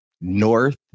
North